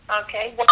Okay